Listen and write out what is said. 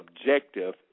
objective